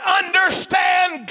understand